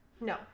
no